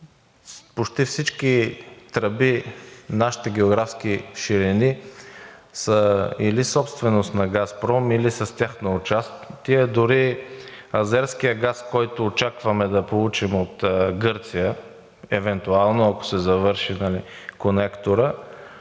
почти всички тръби на нашите географски ширини са или собственост на „Газпром“, или са с тяхно участие. Дори азерският газ, който очакваме да получим от Гърция, евентуално ако се завърши конекторът,